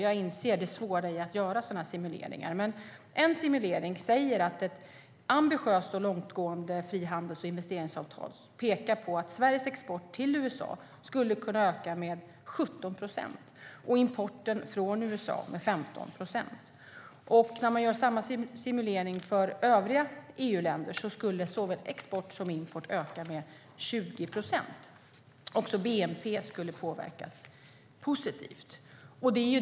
Jag inser det svåra att göra simuleringar, men en simulering pekar på att ett ambitiöst och långtgående frihandels och investeringsavtal skulle kunna öka Sveriges export till USA med 17 procent och import från USA med 15 procent. Görs samma simulering för övriga EU-länder skulle såväl export som import öka med 20 procent. Också bnp skulle påverkas positivt.